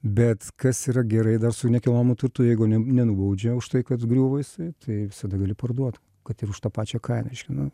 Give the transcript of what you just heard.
bet kas yra gerai dar su nekilnojamu turtu jeigu ne nenubaudžia už tai kad griuvo jisai tai visada gali parduot kad ir už tą pačią kainą reiškia nu